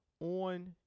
on